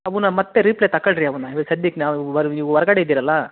ಅವನ್ನ ಮತ್ತೆ ರೀಪ್ಲೆ ತಕೊಳ್ರಿ ಅವನ್ನ ಇವಾಗ ಸದ್ಯಕ್ಕೆ ನಾವು ಹೊರ್ ಇವ್ ಹೊರ್ಗಡೆ ಇದ್ದೀರಲ್ಲ